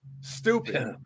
Stupid